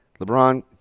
LeBron